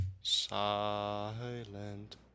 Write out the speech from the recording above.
silent